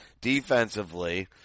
defensively